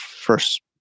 first